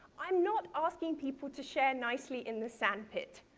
i'm not asking people to share nicely in the sandpit.